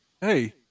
hey